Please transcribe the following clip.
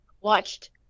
watched